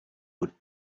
would